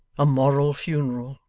a moral funeral,